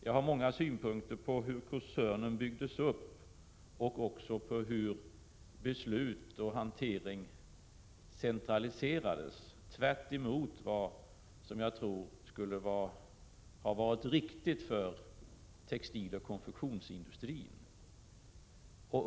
Jag har många synpunkter på hur koncernen byggdes upp och också på hur beslut och hantering centraliserades, tvärtemot vad jag tror skulle ha varit riktigt för textiloch konfektionsindustrin.